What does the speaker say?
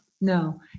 no